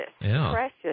precious